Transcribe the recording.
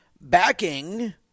backing